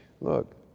look